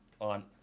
on